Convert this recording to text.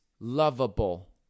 lovable